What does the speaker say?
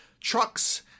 Trucks